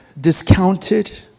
discounted